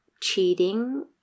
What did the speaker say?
cheating